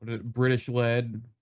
British-led